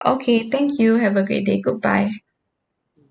okay thank you have a great day goodbye